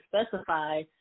specify